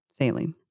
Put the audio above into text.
saline